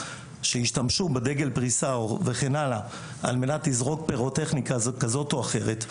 שהשתמשו בדגל פריסה על מנת לזרוק פירוטכניקה כזאת או אחרת.